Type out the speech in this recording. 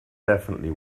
definitely